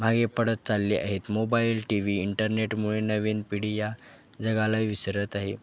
मागे पडत चालले आहेत मोबाईल टी व्ही इंटरनेटमुळे नवीन पिढी या जगाला विसरत आहे